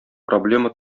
проблема